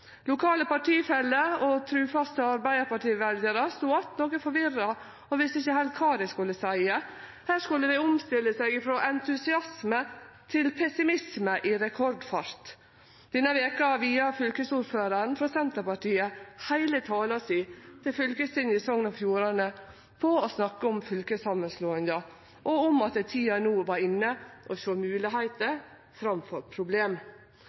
Lokale partifellar og trufaste Arbeidarparti-veljarar stod att noko forvirra og visste ikkje heilt kva dei skulle seie. Her skulle dei omstille seg frå entusiasme til pessimisme i rekordfart. Denne veka brukte fylkesordføraren frå Senterpartiet heile talen sin til fylkestinget i Sogn og Fjordane til å snakke om fylkessamanslåinga og om at tida no var inne til å sjå moglegheiter framfor problem.